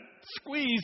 squeeze